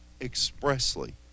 expressly